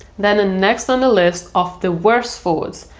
then, next on the list of the worst foods,